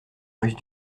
ruse